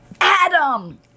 Adam